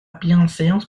bienséance